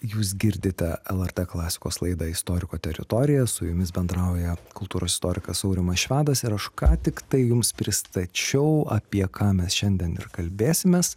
jūs girdite lrt klasikos laidą istoriko teritorija su jumis bendrauja kultūros istorikas aurimas švedas ir aš ką tik tai jums pristačiau apie ką mes šiandien ir kalbėsimės